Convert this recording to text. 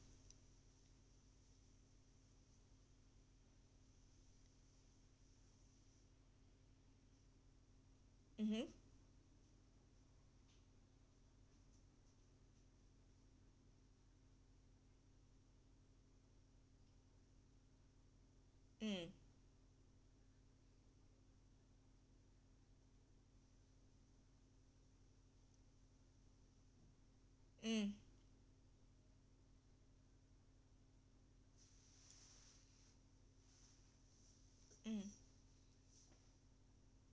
mmhmm mm mm mm